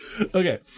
Okay